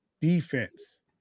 defense